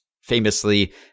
famously